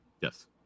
Yes